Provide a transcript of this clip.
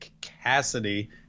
Cassidy